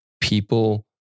people